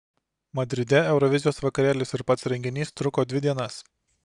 madride eurovizijos vakarėlis ir pats renginys truko dvi dienas